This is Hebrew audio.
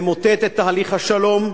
למוטט את תהליך השלום,